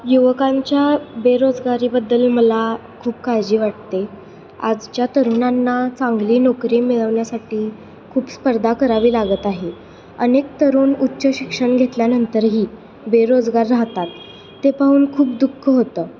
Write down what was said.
युवकांच्या बेरोजगारीबद्दल मला खूप काळजी वाटते आजच्या तरुणांना चांगली नोकरी मिळवण्यासाठी खूप स्पर्धा करावी लागत आहे अनेक तरुण उच्च शिक्षण घेतल्यानंतरही बेरोजगार राहतात ते पाहून खूप दुःख होतं